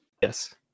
Yes